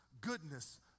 goodness